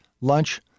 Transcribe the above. lunch